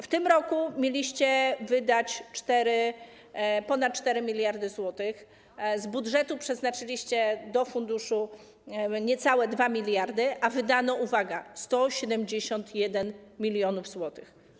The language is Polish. W tym roku mieliście wydać ponad 4 mld zł, z budżetu przeznaczyliście do funduszu niecałe 2 mld zł, a wydano, uwaga, 171 mln zł.